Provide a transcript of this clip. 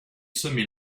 semer